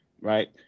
right